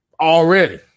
Already